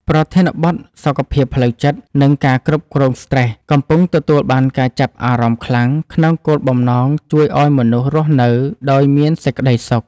ប្រធានបទ សុខភាពផ្លូវចិត្ត និងការគ្រប់គ្រងស្រ្តេស កំពុងទទួលបានការចាប់អារម្មណ៍ខ្លាំង ក្នុងគោលបំណងជួយឱ្យមនុស្សរស់នៅដោយមានសេចក្ដីសុខ។